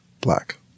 black